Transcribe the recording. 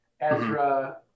Ezra